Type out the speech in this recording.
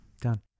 done